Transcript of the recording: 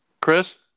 Chris